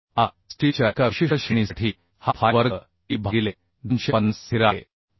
आता स्टीलच्या एका विशिष्ट श्रेणीसाठी हा फाय वर्ग e भागिले 250 स्थिर आहे